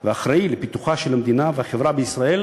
ואחראי לפיתוחה של המדינה והחברה בישראל,